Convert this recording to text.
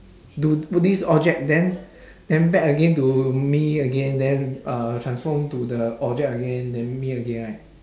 do to this object then then back again to me again then uh transform to the object again then me again right